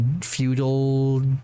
feudal